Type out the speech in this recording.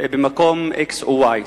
במקום x או y?